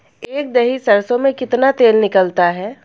एक दही सरसों में कितना तेल निकलता है?